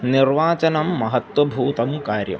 निर्वाचनं महत्वभूतं कार्यम्